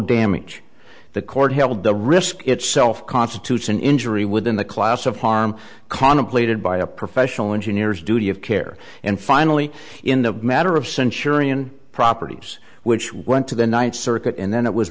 damage the court held the risk itself constitutes an injury within the class of harm contemplated by a professional engineers duty of care and finally in the matter of censuring properties which went to the ninth circuit and then it was